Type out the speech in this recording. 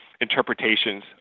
interpretations